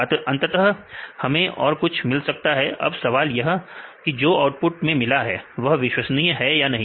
अंततः हमें और कुछ मिल सकता है अब सवाल यह कि जो आउटपुट में मिला है वह विश्वसनीय है या नहीं